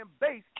base